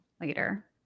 later